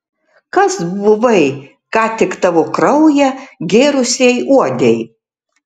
kas buvai ką tik tavo kraują gėrusiai uodei